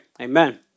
Amen